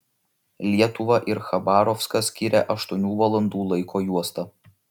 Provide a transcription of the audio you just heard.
lietuvą ir chabarovską skiria aštuonių valandų laiko juosta